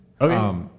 Okay